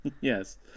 Yes